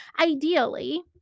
Ideally